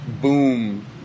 boom